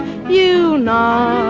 you not